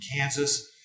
Kansas